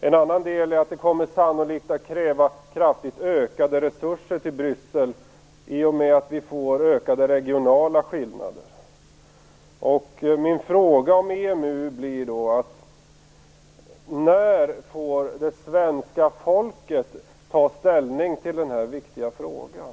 En annan del är att det sannolikt kommer att krävas kraftigt ökade resurser till Bryssel i och med att vi får ökade regionala skillnader. Min fråga om EMU blir då: När får det svenska folket ta ställning till den här viktiga frågan?